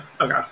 Okay